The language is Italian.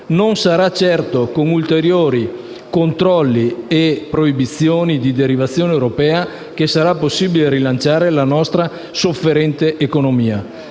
Non sarà certo con ulteriori controlli e proibizioni di derivazione europea che sarà possibile rilanciare la nostra sofferente economia.